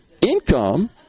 income